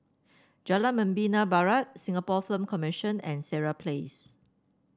Jalan Membina Barat Singapore Film Commission and Sireh Place